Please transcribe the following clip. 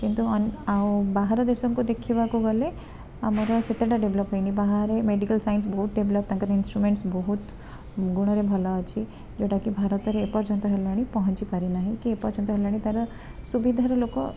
କିନ୍ତୁ ଆଉ ବାହାର ଦେଶକୁ ଦେଖିବାକୁ ଗଲେ ଆମର ସେତେଟା ଡେଭଲପ୍ ହେଇନି ବାହାରେ ମେଡ଼ିକାଲ ସାଇନ୍ସ ବହୁତ ଡେଭଲପ୍ ତାଙ୍କର ଇନ୍ସଟ୍ରୁମେଣ୍ଟ ବହୁତ ଗୁଣରେ ଭଲ ଅଛି ଯେଉଁଟା କି ଭାରତରେ ଏପର୍ଯ୍ୟନ୍ତ ହେଲାଣି ପହଞ୍ଚିପାରିନାହିଁ କି ଏପର୍ଯ୍ୟନ୍ତ ହେଲାଣି ତା'ର ସୁବିଧାରେ ଲୋକ